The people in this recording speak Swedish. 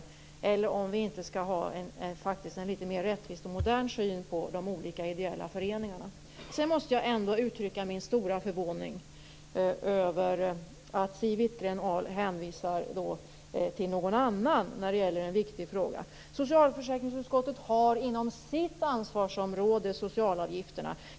Skall vi inte ha en litet mer rättvis och modern syn på de olika ideella föreningarna? Jag måste också uttrycka min stora förvåning över att Siw Wittgren-Ahl hänvisar till någon annan när det gäller en viktig fråga. Socialförsäkringsutskottet har socialavgifterna inom sitt ansvarsområde.